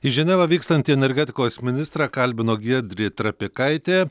į ženevą vykstantį energetikos ministrą kalbino giedrė trapikaitė